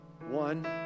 One